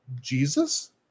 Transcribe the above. jesus